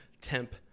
Temp